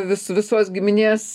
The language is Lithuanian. vis visos giminės